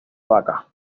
vaca